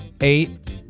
eight